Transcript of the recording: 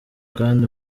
kandi